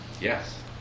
Yes